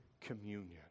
communion